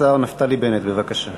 השר נפתלי בנט, בבקשה.